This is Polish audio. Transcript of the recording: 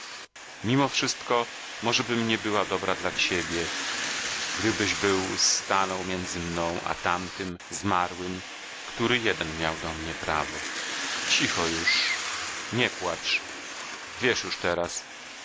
mimo wszystko możebym nie była dobra dla ciebie gdybyś był stanął między mną a tamtym zmarłym który jeden miał do mnie prawo cicho już nie płacz wiesz już teraz